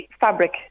fabric